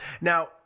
Now